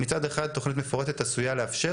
מצד אחד תוכנית מפורטת עשויה לאפשר